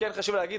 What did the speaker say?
כן חשוב להגיד,